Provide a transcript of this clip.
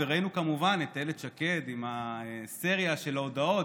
וראינו כמובן את אילת שקד עם ההיסטריה של ההודעות,